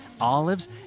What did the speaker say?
olives